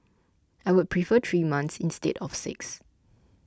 I would prefer three months instead of six